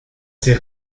ces